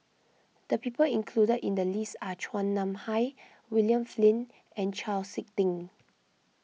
the people included in the list are Chua Nam Hai William Flint and Chau Sik Ting